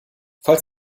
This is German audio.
falls